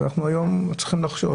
ואנחנו צריכים לחשוש